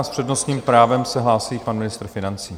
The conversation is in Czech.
S přednostním právem se hlásí pan ministr financí.